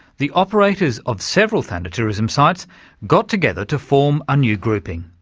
the operators of several thanatourism sites got together to form a new grouping,